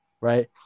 right